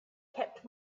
kept